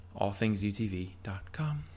allthingsutv.com